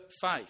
faith